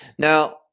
Now